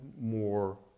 more